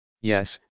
Yes